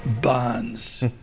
bonds